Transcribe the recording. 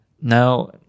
Now